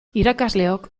irakasleok